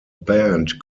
band